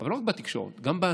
אבל לא רק בתקשורת, גם בעשייה